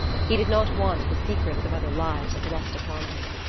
he did not want the secrets of other lives thrust upon him.